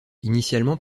initialement